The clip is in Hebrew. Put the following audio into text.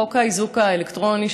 חוק האיזוק האלקטרוני,